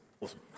Awesome